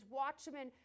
watchmen